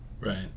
right